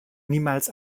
niemals